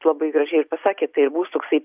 labai gražiai ir pasakė tai ir bus toksai